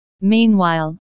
meanwhile